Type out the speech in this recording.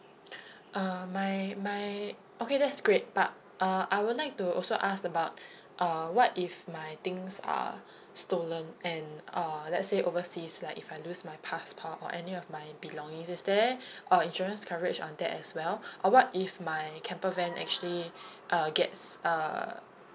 uh my my okay that's great but uh I would like to also ask about uh what if my things are stolen and uh let's say overseas like if I lose my passport or any of my belongings is there uh insurance coverage on that as well or what if my camper van actually err gets err